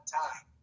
time